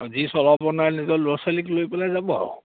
যি চলাব নোৱাৰে নিজৰ ল'ৰা ছোৱালীক লৈ পেলাই যাব আৰু